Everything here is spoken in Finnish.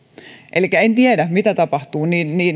elikkä en tiedä mitä tapahtuu